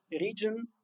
region